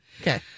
Okay